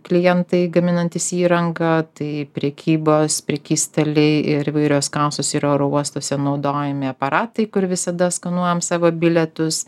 klientai gaminantys įrangą tai prekybos prekystaliai ir įvairios kasos ir oro uostuose naudojami aparatai kur visada skanuojam savo bilietus